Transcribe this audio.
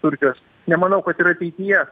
turkijos nemanau kad ir ateityje